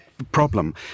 Problem